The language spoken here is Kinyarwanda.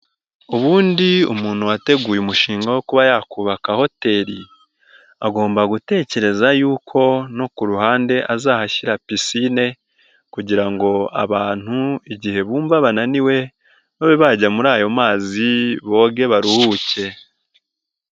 Ubundi umuntu wateguye umushinga wo kuba yakubaka hoteli, agomba gutekereza y'uko no ku ruhande azahashyira pisine kugira ngo abantu igihe bumva bananiwe babe bajya muri ayo mazi boge baruhuke.